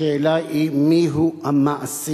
השאלה היא מיהו המעסיק,